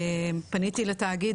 פניתי לתאגיד,